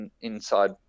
inside